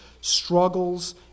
struggles